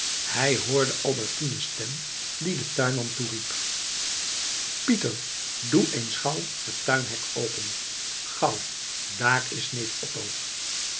hij hoorde albertines stem die den tuinman toeriep pieter doe eens gauw het tuinhek open gauw daar is neef otto